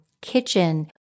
kitchen